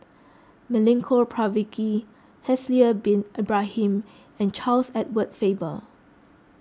Milenko Prvacki Haslir Bin Ibrahim and Charles Edward Faber